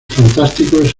fantásticos